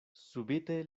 subite